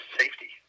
safety